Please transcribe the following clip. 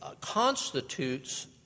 constitutes